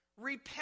repent